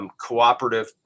cooperative